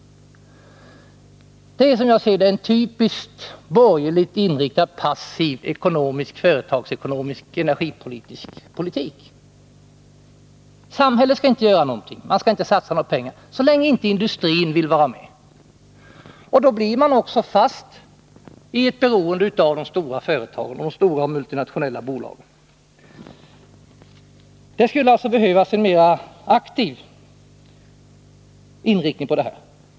Det är, som jag ser det, en typiskt borgerligt inriktad passiv företagsekonomisk politik och energipolitik. Samhället skall inte göra någonting, inte satsa några pengar, så länge industrin inte vill vara med. Därmed fastnar man i ett beroende av de stora och multinationella bolagen. Det skulle alltså behövas en mera aktiv inriktning på detta område.